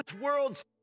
world's